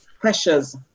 pressures